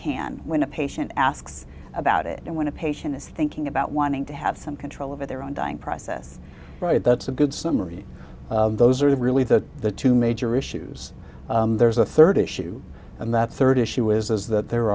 can when a patient asks about it and when a patient is thinking about wanting to have some control over their own dying process right that's a good summary those are the really thought the two major issues there's a third issue and that third issue is that there